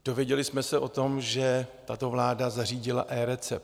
Dozvěděli jsme se o tom, že tato vláda zařídila eRecept.